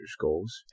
goals